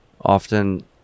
often